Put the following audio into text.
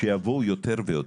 שיבואו יותר ויותר.